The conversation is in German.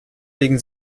legen